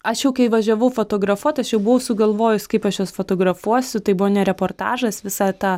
aš jau kai važiavau fotografuot aš jau buvau sugalvojus kaip aš juos fotografuosiu tai buvo ne reportažas visą tą